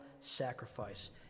sacrifice